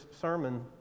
sermon